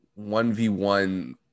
1v1